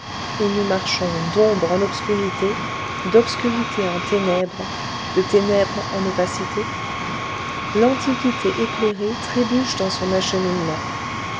et nous marchons d'ombre en obscurité d'obscurité en ténèbres de ténèbres en opacité l'antiquité éclairée trébuche dans son acheminement